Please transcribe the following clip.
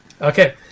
Okay